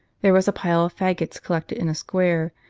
there was a pile of faggots collected in a square,